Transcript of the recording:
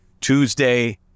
Tuesday